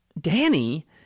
Danny